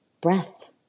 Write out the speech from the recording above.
breath